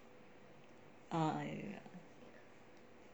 ah ya